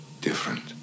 different